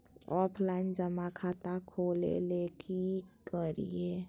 Offline जमा खाता खोले ले की करिए?